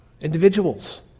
individuals